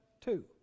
two